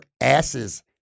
asses